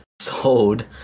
Sold